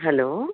hello